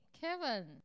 Kevin